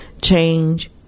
change